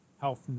health